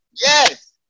yes